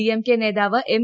ഡിഎംകെ നേതാവ് എം